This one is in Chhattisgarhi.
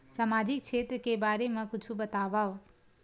सामजिक क्षेत्र के बारे मा कुछु बतावव?